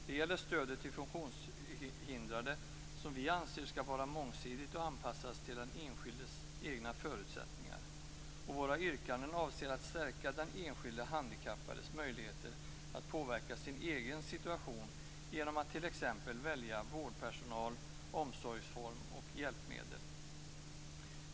Det gäller stödet till funktionshindrade, som vi anser skall vara mångsidigt och anpassat till den enskildes egna förutsättningar. Våra yrkanden avser att stärka den enskilde handikappades möjligheter att påverka sin egen situation genom att t.ex. välja vårdpersonal, omsorgsform och hjälpmedel.